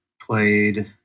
played